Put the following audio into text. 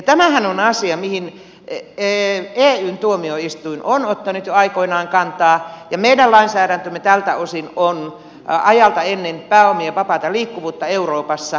tämähän on asia mihin eyn tuomioistuin on ottanut jo aikoinaan kantaa ja meidän lainsäädäntömme tältä osin on ajalta ennen pääomien vapaata liikkuvuutta euroopassa